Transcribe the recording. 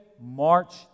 March